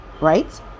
right